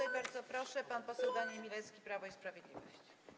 I, bardzo proszę, pan poseł Daniel Milewski, Prawo i Sprawiedliwość.